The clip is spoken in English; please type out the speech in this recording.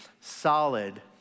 solid